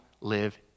live